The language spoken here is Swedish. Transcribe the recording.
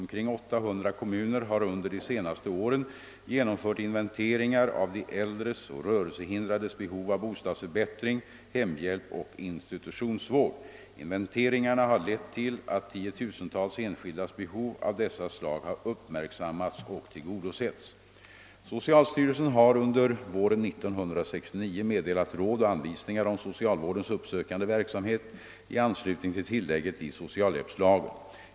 Omkring 800 kommuner har under de senaste åren genomfört inventeringar av de äldres och rörelsehindrades behov av bostadsförbättring, hemhjälp och institutionsvård. Inventeringarna har lett till att tiotusentals enskildas behov av dessa slag har uppmärksammats och tillgodosetts. Socialstyrelsen har under våren 1969 meddelat råd och anvisningar om socialvårdens uppsökande verksamhet i anslutning till tillägget i socialhjälpslagen.